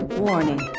warning